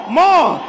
more